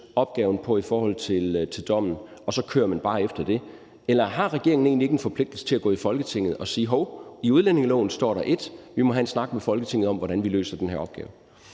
opgaven på i forhold til dommen, og så kører man bare efter det? Eller har regeringen egentlig ikke en forpligtelse til at gå i Folketinget og sige: Hov, i udlændingeloven står der et, vi må have en snak i Folketinget om, hvordan vi løser den her opgave?